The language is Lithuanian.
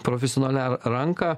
profesionalią ranką